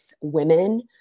women